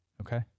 okay